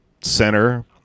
center